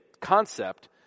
concept